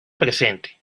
presente